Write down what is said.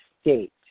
state